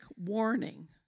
warning